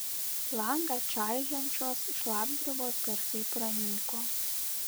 langą čaižančios šlapdribos garsai pranyko